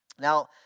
Now